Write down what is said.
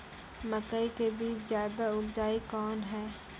मकई के बीज ज्यादा उपजाऊ कौन है?